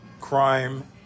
crime